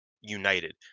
united